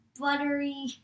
buttery